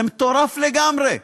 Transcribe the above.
זה מטורף לגמרי,